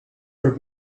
got